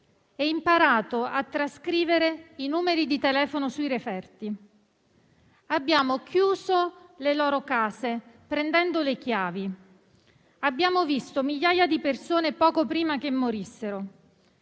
e imparato a trascrivere i numeri di telefono sui referti. Abbiamo chiuso le loro case, prendendo le chiavi. Abbiamo visto migliaia di persone poco prima che morissero.